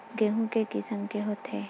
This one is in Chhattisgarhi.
गेहूं के किसम के होथे?